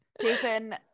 Jason